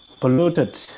polluted